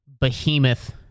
behemoth